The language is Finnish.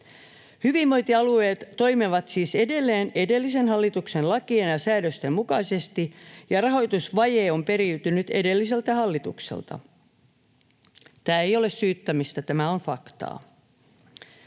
Hyvinvointialueet toimivat siis edelleen edellisen hallituksen lakien ja säädösten mukaisesti, ja rahoitusvaje on periytynyt edelliseltä hallitukselta. Tämä ei ole syyttämistä, tämä on faktaa.